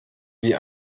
wie